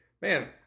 Man